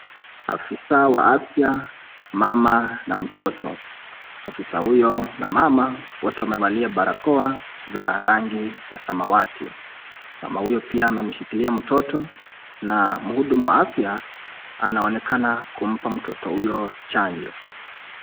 Afisa wa afya, mama na mtoto. Afisa huyo na mama wote wamevalia barakoa za rangi ya samawati. Mama huyo pia ameshikilia mtoto na mhudumu wa afya anaonekana kumpa mtoto huyo chanjo.